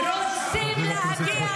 יוצאים משם